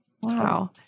Wow